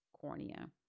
cornea